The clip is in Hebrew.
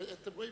אתם רואים?